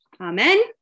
Amen